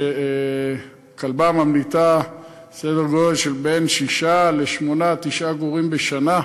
שכלבה ממליטה סדר גודל של בין שישה לשמונה-תשעה גורים בשנה.